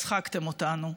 הצחקתם אותנו.